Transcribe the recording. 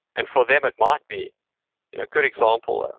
and for them, it might be a good example, and